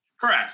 Correct